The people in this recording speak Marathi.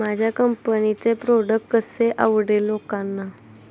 माझ्या कंपनीचे प्रॉडक्ट कसे आवडेल लोकांना?